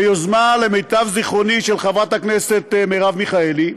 ביוזמה, למיטב זיכרוני, של חברת הכנסת מרב מיכאלי,